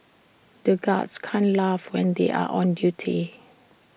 the guards can't laugh when they are on duty